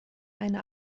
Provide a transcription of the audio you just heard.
eine